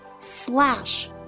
slash